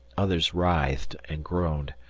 others writhed and groaned.